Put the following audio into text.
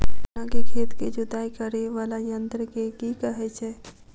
गन्ना केँ खेत केँ जुताई करै वला यंत्र केँ की कहय छै?